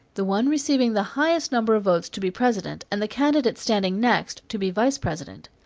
the one receiving the highest number of votes to be president and the candidate standing next to be vice president.